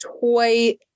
toy